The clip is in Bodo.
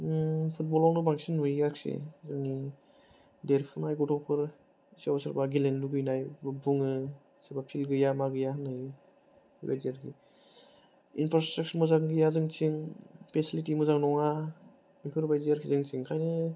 फुटबलावनो बांसिन नुयो आरोखि देरफुनाय गथ'फोर सोरबा सोरबा गेलेनो लुबैनाय बुङो सोरबा फिल्ड गैया मा गैया होननानै इनफ्रासट्राकसार मोजां गैया जोंथिं फेसिलिटि मोजां नङा बेफोरबादि आरोखि